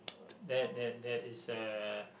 that that that is a